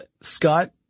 Scott